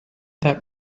that